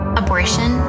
abortion